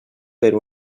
per